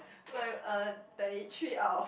my uh thirty three out of